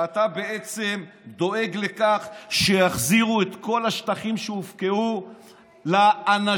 שאתה בעצם דואג לכך שיחזירו את כל השטחים שהופקעו לאנשים,